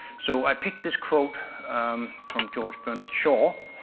so i picked this quote from george bernard shaw.